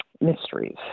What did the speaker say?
mysteries